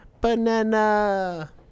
Banana